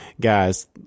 Guys